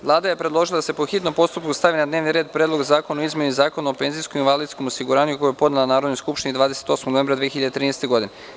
Vlada je predložila da se, po hitnom postupku, stavi na dnevni red Predlog zakona o izmeni Zakona o penzijskom i invalidskom osiguranju, koji je podnela Narodnoj skupštini 28. novembra 2013. godine.